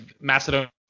Macedonia